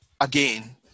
again